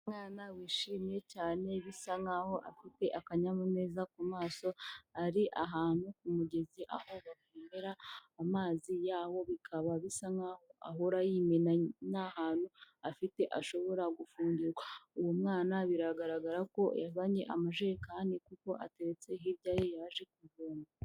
Umwana wishimye cyane bisa nk'aho afite akanyamuneza ku maso, ari ahantu ku kumugezi aho bamera, amazi yaho bikaba bisa nk'aho ahora yimena nta hantu afite ashobora gufungirwa. Uwo mwana biragaragara ko yazanye amajerekani kuko ateretse hirya ye yaje kuvoma.